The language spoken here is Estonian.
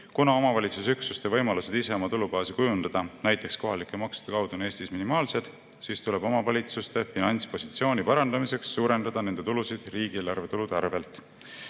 Kuna omavalitsusüksuste võimalused ise oma tulubaasi kujundada, näiteks kohalike maksude kaudu, on Eestis minimaalsed, siis tuleb omavalitsuste finantspositsiooni parandamiseks suurendada nende tulusid riigieelarve tulude